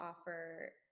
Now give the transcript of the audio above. offer